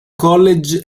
college